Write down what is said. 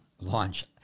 launch